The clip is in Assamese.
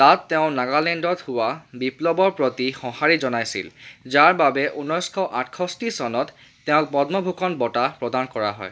তাত তেওঁ নাগালেণ্ডত হোৱা বিপ্লৱৰ প্ৰতি সঁহাৰি জনাইছিল যাৰ বাবে ঊনৈছশ আঠষষ্ঠি চনত তেওঁক পদ্মভূষণ বঁটা প্ৰদান কৰা হয়